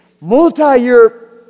multi-year